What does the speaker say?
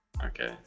Okay